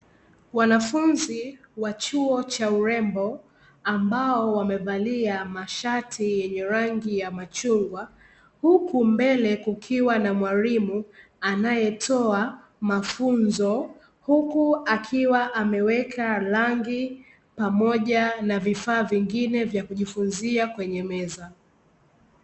Wanafunzi wa chuo cha urembo, ambao wamevalia mashati yenye rangi ya machungwa. Huku mbele kukiwa na mwalimu, anayetoa mafunzo, huku akiwa ameweka rangi pamoja na vifaa vingine vya kujifunzia kwenye meza.